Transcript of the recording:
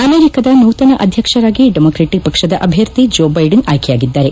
ಅಮೆರಿಕದ ನೂತನ ಅಧ್ಯಕ್ಷರಾಗಿ ಡೆಮಾಕ್ರೆಟಿಕ್ ಪಕ್ಷದ ಅಭ್ವರ್ಥಿ ಜೋ ಬೈಡನ್ ಆಯ್ಕೆಯಾಗಿದ್ದಾರೆ